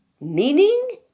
meaning